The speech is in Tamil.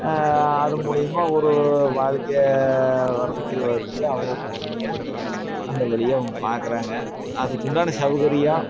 அது மூலயமா ஒரு வாழ்க்கையை வர முடிவு எடுத்துகிட்டு அந்த வழியை அவங்க பார்க்குறாங்க அதுக்குண்டான சௌகரியம்